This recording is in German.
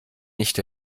nicht